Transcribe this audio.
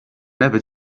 never